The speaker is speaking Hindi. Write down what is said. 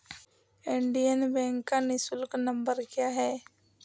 इंडियन बैंक का निःशुल्क नंबर क्या है?